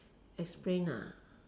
explain ah